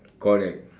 correct